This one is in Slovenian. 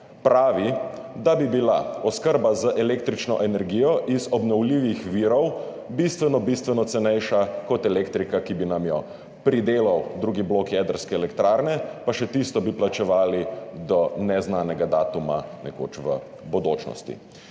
pravi, da bi bila oskrba z električno energijo iz obnovljivih virov bistveno bistveno cenejša, kot elektrika, ki bi nam jo pridelal drugi blok jedrske elektrarne, pa še tisto bi plačevali do neznanega datuma nekoč v bodočnosti.